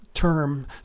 term